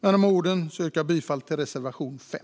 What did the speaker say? Jag yrkar bifall till reservation 5.